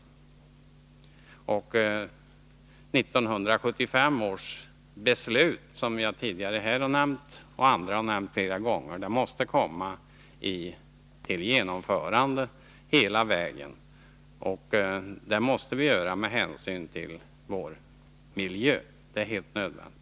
1975 års beslut måste genomföras hela vägen, med hänsyn till vår miljö — det är helt nödvändigt.